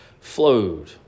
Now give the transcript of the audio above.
flowed